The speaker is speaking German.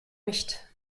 nicht